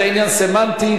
זה עניין סמנטי.